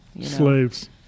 Slaves